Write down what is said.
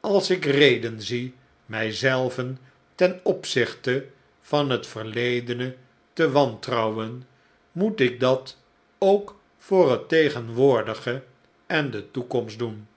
alsikreden zie mij zelven ten opzichte van het verledene te wantrouwen moet ik dat ook voor het tegenwoordige en de toekomst doen